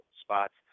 spots